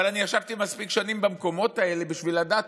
אבל אני ישבתי מספיק שנים במקומות האלה בשביל לדעת